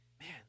man